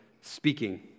speaking